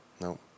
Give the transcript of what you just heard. No